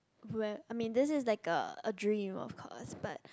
when I mean this is like a a dream of course but